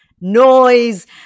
noise